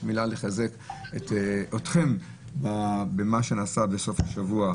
מילה לחזק אתכם במה שנעשה בסוף השבוע,